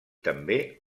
també